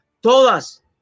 todas